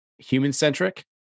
human-centric